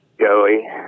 Joey